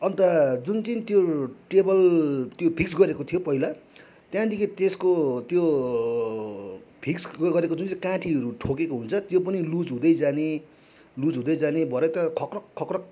अन्त जुन चाहिँ त्यो टेबल त्यो फिक्स गरेको थियो पहिला त्यहाँदेखि त्यसको त्यो फिक्स गरेको जुन चाहिँ काँटीहरू ठोकेको हुन्छ त्यो पनि लुज हुँदै जाने लुज हुँदै जाने भएर त खक्रक खक्रक